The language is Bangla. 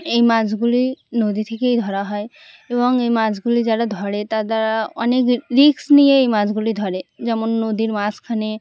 এই মাছগুলি নদী থেকেই ধরা হয় এবং এই মাছগুলি যারা ধরে তারা অনেক রিস্ক নিয়ে এই মাছগুলি ধরে যেমন নদীর মাঝখানে